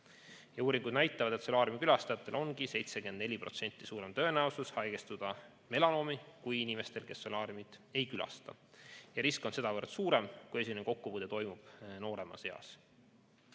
Uuringud näitavad, et solaariumikülastajatel on 74% suurem tõenäosus haigestuda melanoomi kui inimestel, kes solaariumit ei külasta. Risk on suurem, kui esimene kokkupuude toimub nooremas eas.